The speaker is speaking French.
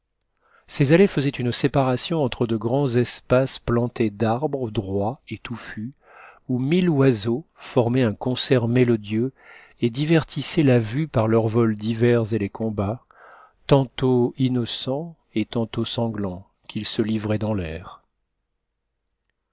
ces allées faisaient une séparation entre de grands espaces m plantés d'arbres droits et toufhis où mille oiseaux formaient un m concert mélodieux et divertissaient la vue par leurs vols divers et les m combats tantôt innocents et tantôt sanglants qu'ils se livraient dans l'air